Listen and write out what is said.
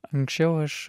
anksčiau aš